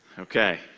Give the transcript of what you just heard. Okay